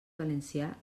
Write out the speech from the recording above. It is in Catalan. valencià